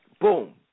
boom